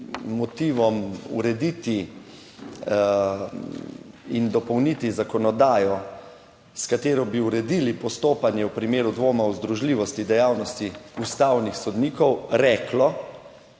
motivom urediti in dopolniti zakonodajo, s katero bi uredili postopanje v primeru dvoma o združljivosti dejavnosti ustavnih sodnikov reklo,